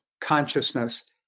consciousness